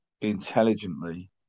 intelligently